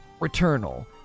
Returnal